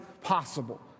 possible